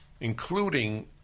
including